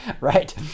right